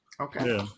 Okay